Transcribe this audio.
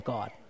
God